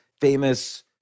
famous